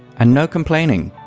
and no complaining!